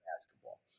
basketball